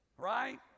right